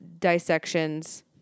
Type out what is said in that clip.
dissections